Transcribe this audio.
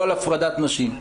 לא על הפרדת נשים.